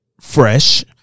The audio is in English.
Fresh